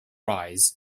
rise